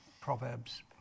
Proverbs